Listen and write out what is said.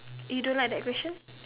you don't like that question